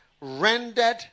rendered